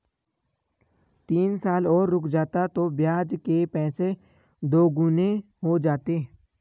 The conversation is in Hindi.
तीन साल और रुक जाता तो ब्याज के पैसे दोगुने हो जाते